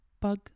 Bug